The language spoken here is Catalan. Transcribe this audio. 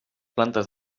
plantes